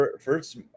first